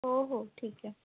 हो हो ठीक आहे